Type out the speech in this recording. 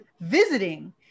visiting